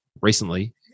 recently